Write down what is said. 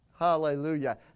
Hallelujah